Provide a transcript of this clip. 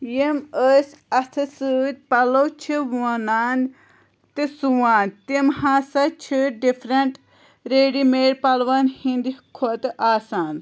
یِم أسۍ اَتھٕ سۭتۍ پَلو چھِ وونان تہِ سُوان تِم ہسا چھِ ڈِفرنٛٹ ریڈی میڈ پَلوَن ہِنٛدِ کھۄتہٕ آسان